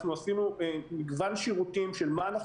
אנחנו עשינו מגוון שירותים של מה אנחנו